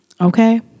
Okay